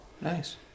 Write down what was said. nice